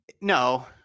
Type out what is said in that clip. No